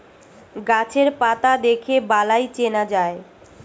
গাছের পাতা দেখে বালাই চেনা যায়